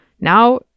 now